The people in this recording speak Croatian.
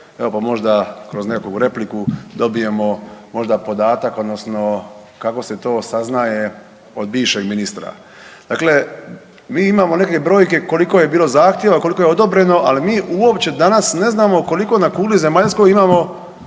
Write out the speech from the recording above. evo pa možda kroz neku repliku dobijemo možda podatak odnosno kako se to saznaje od bivšeg ministra. Dakle, mi imamo neke brojke koliko je bilo zahtjeva, koliko je odobreno, ali mi uopće danas ne znamo koliko na kugli zemaljskoj imamo